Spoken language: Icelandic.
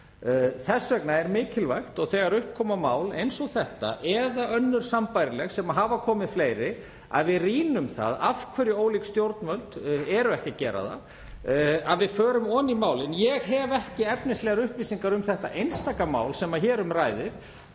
Þess vegna er mikilvægt þegar upp koma mál eins og þetta, eða önnur sambærileg sem hafa komið upp, að við rýnum það af hverju ólík stjórnvöld eru ekki að gera það, að við förum ofan í málin. Ég hef ekki efnislegar upplýsingar um þetta einstaka mál sem hér um ræðir,